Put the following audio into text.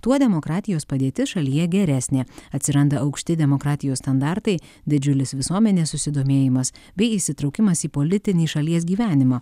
tuo demokratijos padėtis šalyje geresnė atsiranda aukšti demokratijos standartai didžiulis visuomenės susidomėjimas bei įsitraukimas į politinį šalies gyvenimą